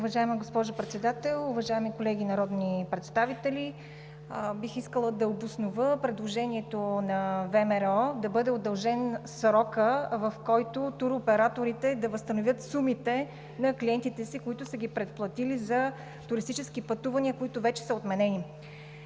Уважаема госпожо Председател, уважаеми колеги народни представители! Бих искала да обоснова предложението на ВМРО да бъде удължен срокът, в който туроператорите да възстановят сумите на клиентите си, които са ги предплатили за туристически пътувания, които вече са отменени.